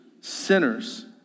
sinners